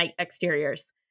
exteriors